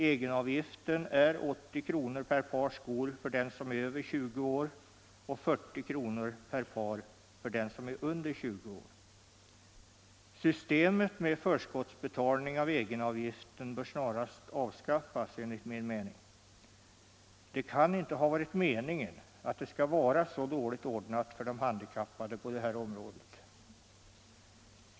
Egenavgiften är 80 kr. per par skor för den som är över 20 år och 40 kr. per par för den som är under 20 år. Systemet med förskottsbetalning av egenavgiften bör enligt min mening snarast avskaffas. Det kan inte ha varit meningen att det skall vara så dåligt ordnat för de handikappade på detta område.